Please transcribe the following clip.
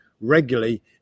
regularly